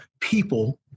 people